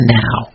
now